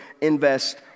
invest